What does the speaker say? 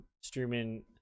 streaming